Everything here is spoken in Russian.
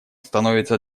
становится